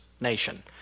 nation